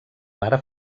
mare